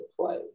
play